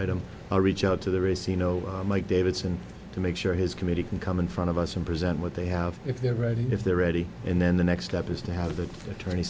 a reach out to the race you know mike davidson to make sure his committee can come in front of us and present what they have if they're ready and if they're ready and then the next step is to have the attorney